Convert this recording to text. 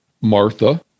Martha